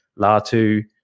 Latu